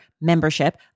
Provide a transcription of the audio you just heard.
membership